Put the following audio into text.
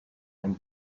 and